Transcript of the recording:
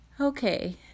Okay